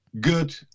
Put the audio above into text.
good